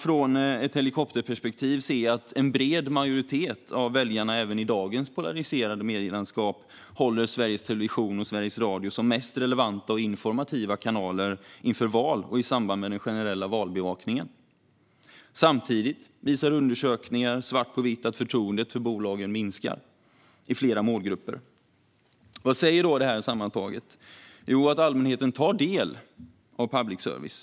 Från ett helikopterperspektiv kan man se att en bred majoritet av väljarna även i dagens polariserade medielandskap håller Sveriges Television och Sveriges Radio som de mest relevanta och informativa kanalerna inför val och i samband med den generella valbevakningen. Samtidigt visar undersökningar svart på vitt att förtroendet för bolagen minskar i flera målgrupper. Vad säger detta sammantaget? Jo, att allmänheten tar del av public service.